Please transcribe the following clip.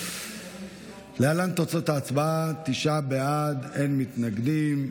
להלן תוצאות ההצבעה: תשעה בעד, אין מתנגדים.